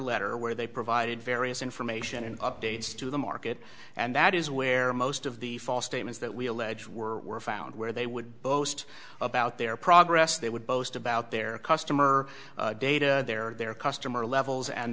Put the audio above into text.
letter where they provided various information and updates to the market and that is where most of the false statements that we allege were found where they would boast about their progress they would boast about their customer data their their customer levels and